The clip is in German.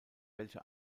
welche